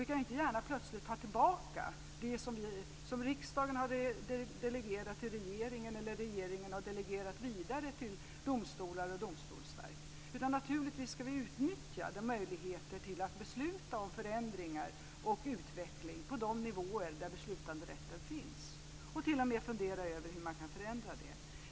Vi kan inte gärna plötsligt ta tillbaka det som riksdagen har delegerat till regeringen eller det som regeringen har delegerat vidare till domstolar och domstolsverk. Naturligtvis ska vi utnyttja de möjligheter att besluta om förändringar och utveckling på de nivåer där beslutanderätten finns, och t.o.m. fundera över hur vi kan förändra detta.